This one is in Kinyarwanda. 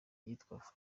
iyitwa